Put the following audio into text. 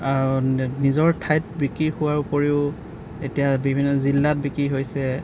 নিজৰ ঠাইত বিক্ৰী হোৱাৰ উপৰিও এতিয়া বিভিন্ন জিলাত বিক্ৰী হৈছে